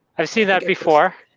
i've seen that before.